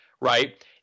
Right